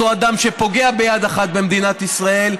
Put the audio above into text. אותו אדם שפוגע ביד אחת במדינת ישראל,